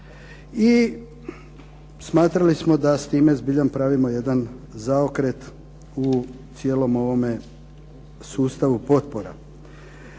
i smatrali smo da time pravimo jedan zaokret u cijelom ovom sustavu potpora.